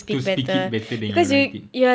to speak it better than you're writing